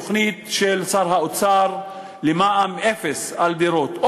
תוכנית של שר האוצר למע"מ אפס על דירות.